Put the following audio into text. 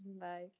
Bye